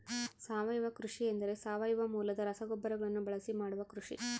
ಸಾವಯವ ಕೃಷಿ ಎಂದರೆ ಸಾವಯವ ಮೂಲದ ರಸಗೊಬ್ಬರಗಳನ್ನು ಬಳಸಿ ಮಾಡುವ ಕೃಷಿ